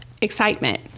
Excitement